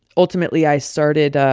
ultimately, i started ah